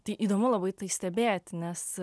tai įdomu labai tai stebėti nes